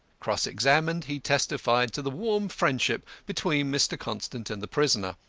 cross-examined, he testified to the warm friendship between mr. constant and the prisoner.